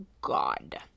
god